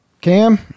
Cam